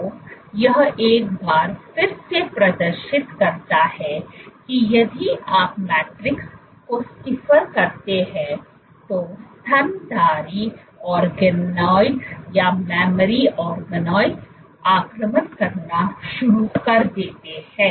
तो यह एक बार फिर से प्रदर्शित करता है कि यदि आप मैट्रिक्स को स्टिफर करते हैं तो ये स्तनधारी ऑर्गेनाइडज आक्रमण करना शुरू कर देते हैं